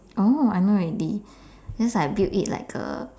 oh I know already just like built it like a